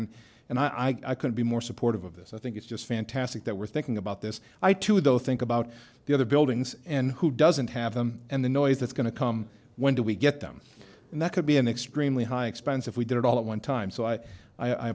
and and i can be more supportive of this i think it's just fantastic that we're thinking about this i too though think about the other buildings and who doesn't have them and the noise that's going to come when do we get them and that could be an extremely high expense if we did it all at one time so i i